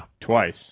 twice